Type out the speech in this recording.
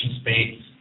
space